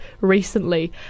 recently